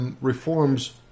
reforms